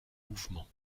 mouvement